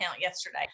yesterday